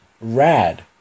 Rad